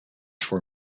for